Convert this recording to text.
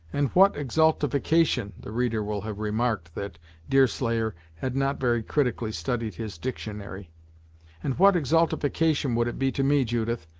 and what exaltification the reader will have remarked that deerslayer had not very critically studied his dictionary and what exaltification would it be to me, judith,